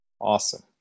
Awesome